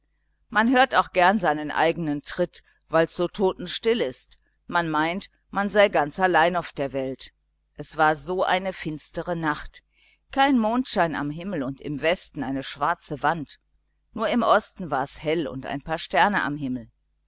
man hört auch gern seinen eigenen tritt weil's so totenstill ist man meint man sei ganz allein auf der welt es war so eine finstere nacht kein mondschein am himmel und im westen eine schwarze wand nur im osten war's hell und ein paar sterne am himmel